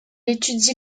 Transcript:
étudie